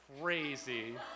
crazy